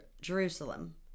Jerusalem